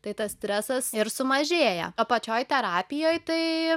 tai tas stresas ir sumažėję apačioj terapijoj tai